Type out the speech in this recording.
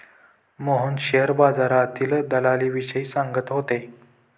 Mohan share बाजारातील दलालीविषयी सांगत होते